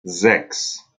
sechs